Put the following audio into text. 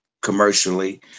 commercially